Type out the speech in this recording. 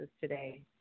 today